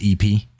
EP